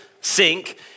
sink